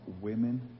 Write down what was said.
women